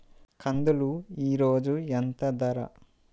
కందులు ఈరోజు ఎంత ధర?